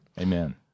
Amen